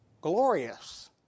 glorious